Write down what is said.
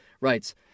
writes